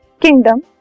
kingdom